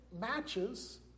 matches